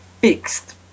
fixed